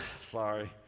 Sorry